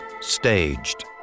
staged